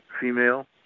female